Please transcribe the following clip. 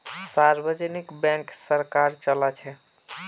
सार्वजनिक बैंक सरकार चलाछे